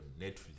Netflix